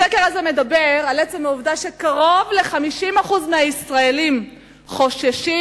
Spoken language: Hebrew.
הסקר הזה מדבר על עצם העובדה שקרוב ל-50% מהישראלים חוששים,